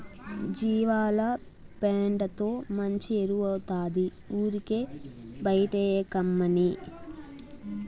జీవాల పెండతో మంచి ఎరువౌతాది ఊరికే బైటేయకమ్మన్నీ